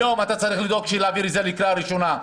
היום אתה צריך לדאוג להביא את זה לקריאה ראשונה.